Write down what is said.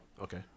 Okay